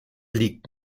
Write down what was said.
liegt